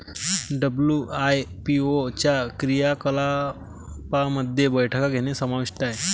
WIPO च्या क्रियाकलापांमध्ये बैठका घेणे समाविष्ट आहे